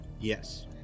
Yes